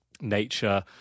nature